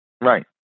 Right